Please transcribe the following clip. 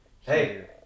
hey